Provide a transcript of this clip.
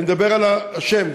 אני מדבר על השם.